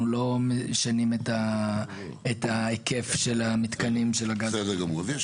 אנחנו לא משנים את היקף המתקנים של הגז הטבעי.